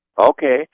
Okay